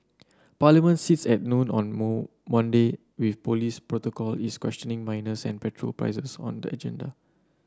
parliament sits at noon on moon Monday with police protocol is questioning minors and petrol prices on the agenda